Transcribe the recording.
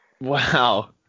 wow